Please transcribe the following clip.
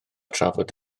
trafod